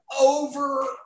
over